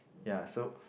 ya so